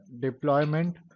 deployment